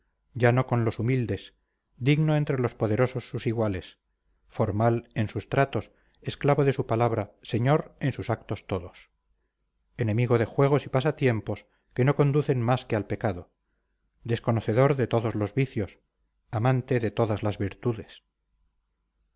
comedido llano con los humildes digno entre los poderosos sus iguales formal en sus tratos esclavo de su palabra señor en sus actos todos enemigo de juegos y pasatiempos que no conducen más que al pecado desconocedor de todos los vicios amante de todas las virtudes